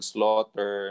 Slaughter